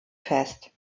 fest